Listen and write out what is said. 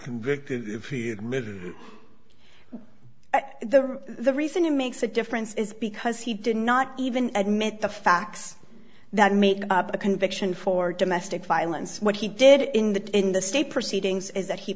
convicted if he admitted the the reason it makes a difference is because he did not even admit the facts that made a conviction for domestic violence what he did in that in the state proceedings is that he